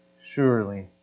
Surely